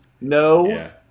No